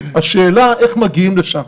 השאלה היא איך מגיעים לשם.